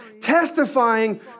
testifying